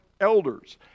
elders